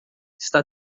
está